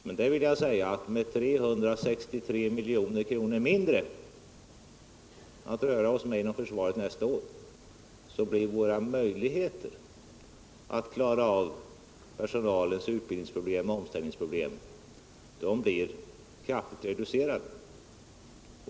Men med 363 milj.kr. mindre att röra oss med inom försvaret nästa år blir våra möjligheter att klara av personalens utbildningsoch omställningsproblem kraftigt reducerade.